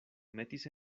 metis